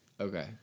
Okay